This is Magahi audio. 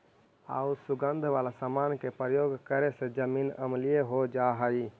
आउ सुगंध वाला समान के प्रयोग करे से जमीन अम्लीय हो जा हई